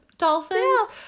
Dolphins